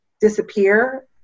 disappear